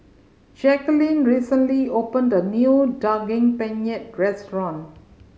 Jacquelin recently opened a new Daging Penyet restaurant